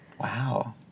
Wow